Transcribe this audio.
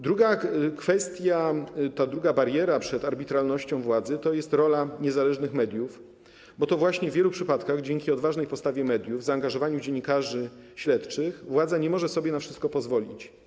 Druga kwestia, druga bariera przed arbitralnością władzy to rola niezależnych mediów, bo w wielu przypadkach to właśnie dzięki odważnej postawie mediów, zaangażowaniu dziennikarzy śledczych władza nie może sobie na wszystko pozwolić.